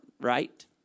right